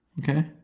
Okay